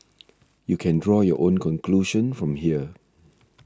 you can draw your own conclusion from here